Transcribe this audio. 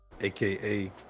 aka